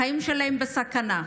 החיים שלהם בסכנה.